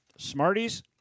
Smarties